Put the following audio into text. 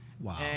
Wow